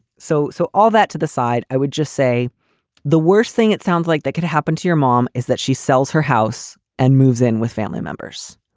so so all that to the side. i would just say the worst thing it sounds like that could happen to your mom is that she sells her house and moves in with family members.